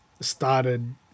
started